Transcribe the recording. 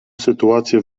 sytuacje